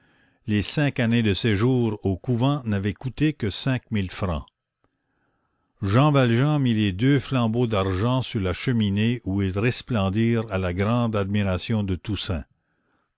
les cinq années de séjour au couvent n'avaient coûté que cinq mille francs jean valjean mit les deux flambeaux d'argent sur la cheminée où ils resplendirent à la grande admiration de toussaint